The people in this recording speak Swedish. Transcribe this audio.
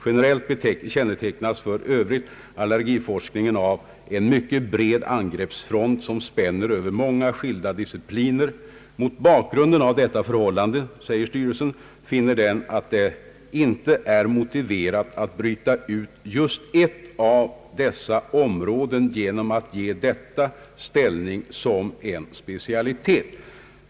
Generellt kännetecknas för övrigt allergiforskningen av en mycket bred angreppsfront som spänner över många skilda discipliner. Mot bakgrund av detta förhållande finner styrelsen, att det inte är motiverat att bryta ut just ett av dessa områden genom att ge detta ställning som en specialitet.